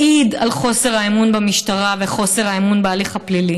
זה מעיד על חוסר האמון במשטרה וחוסר האמון בהליך הפלילי.